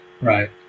Right